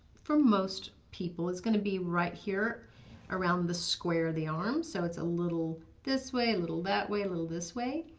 for most people is going to be right here around the square of the arm so it's a little this way, a little that way, a little this way.